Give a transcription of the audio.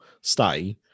stay